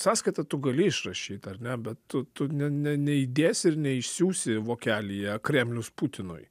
sąskaitą tu gali išrašyt ar ne bet tu tu ne neįdės ir neišsiųsi vokelyje kremlius putinui